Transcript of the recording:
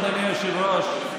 אדוני היושב-ראש,